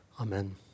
Amen